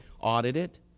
audited